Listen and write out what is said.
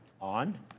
On